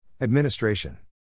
Administration